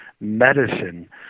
medicine